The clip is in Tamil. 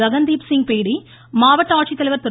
ககன் தீப்சிங்பேடி மாவட்ட ஆட்சித்தலைவர் திரு